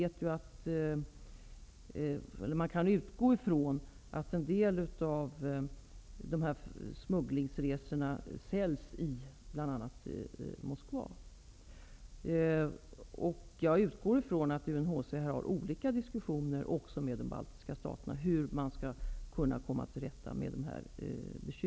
Man kan utgå ifrån att en del av smugglingsresorna säljs i bl.a. Moskva. Jag förutsätter att UNHCR har olika diskussioner också med de baltiska staterna om hur man skall kunna komma till rätta med dessa bekymmer.